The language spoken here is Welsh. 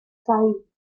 sain